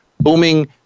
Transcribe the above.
booming